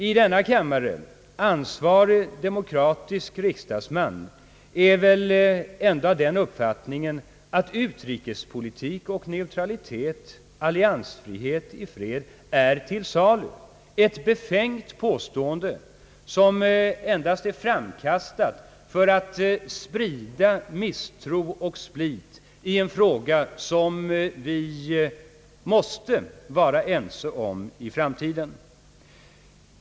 I denna kammare är väl ändå ingen ansvarig demokratisk riksdagsman av den uppfattningen, att utrikespolitik och neutralitet — alliansfrihet i fred — är till salu. Det är ett befängt påstående, som endast är framkastat för att sprida misstro och split i en fråga där vi är ense nu och måste vara ense i framtiden.